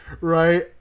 right